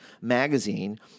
Magazine